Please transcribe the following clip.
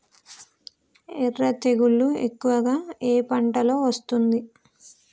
ఎర్ర తెగులు ఎక్కువగా ఏ పంటలో వస్తుంది?